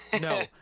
no